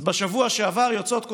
אז בשבוע שעבר יוצאות כותרות: